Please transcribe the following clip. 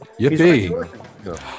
Yippee